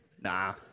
Nah